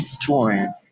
touring